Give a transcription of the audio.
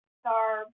Star